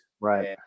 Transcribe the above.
Right